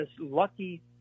lucky